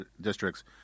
districts